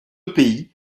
pays